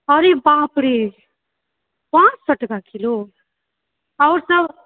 अरे बाप रे पाँच सए टका किलो आओर सब